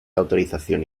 autorización